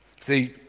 See